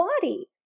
body